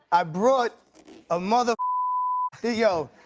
i brought a mother yo,